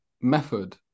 method